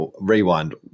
rewind